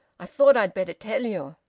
i thought i'd better tell you.